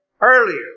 earlier